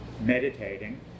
meditating